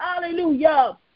hallelujah